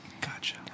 Gotcha